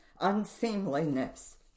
unseemliness